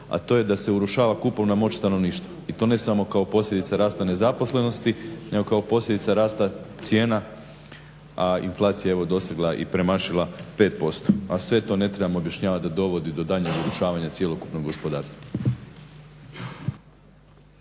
a to je da se urušava kupovna moć stanovništva. I to ne samo kao posljedica rasta nezaposlenih, nego kao posljedica rasta cijena, a inflacija je evo dosegla i premašila 5%, a sve to ne trebam objašnjavat, dovodi do daljnjeg urušavanja cjelokupnog gospodarstva.